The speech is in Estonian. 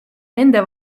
nende